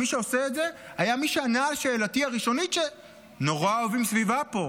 ומי שעושה את זה היה מי שענה על שאלתי הראשונית שנורא אוהבים סביבה פה,